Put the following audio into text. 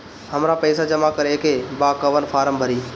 हमरा पइसा जमा करेके बा कवन फारम भरी?